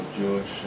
Jewish